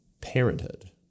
Parenthood